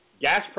Gas